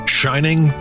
shining